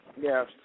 Yes